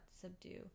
subdue